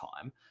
time